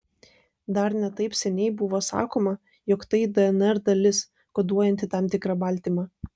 dar ne taip seniai buvo sakoma jog tai dnr dalis koduojanti tam tikrą baltymą